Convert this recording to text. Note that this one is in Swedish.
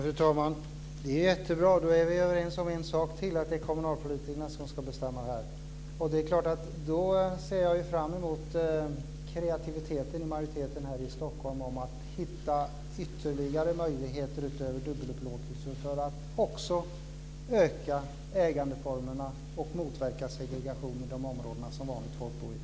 Fru talman! Det är bra. Då är vi överens om en sak till, att det är kommunalpolitikerna som ska bestämma. Jag ser fram emot kreativiteten hos majoriteten i Stockholm när det gäller att hitta ytterligare möjligheter utöver dubbelupplåtelse, för att utöka ägandeformerna och motverka segregation i de områden där vanligt folk bor.